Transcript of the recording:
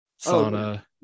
sauna